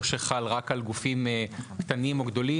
שחל רק על גופים קטנים או גדולים.